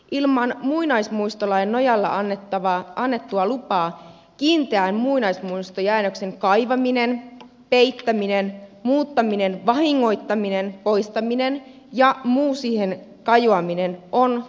ilman muinaismuistolain nojalla annettua lupaa kiinteän muinaismuistojäännöksen kaivaminen peittäminen muuttaminen vahingoittaminen poistaminen ja muu siihen kajoaminen on kielletty